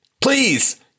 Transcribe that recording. please